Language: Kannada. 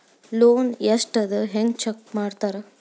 ಲೋನ್ ಎಷ್ಟ್ ಅದ ಹೆಂಗ್ ಚೆಕ್ ಮಾಡ್ತಾರಾ